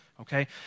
Okay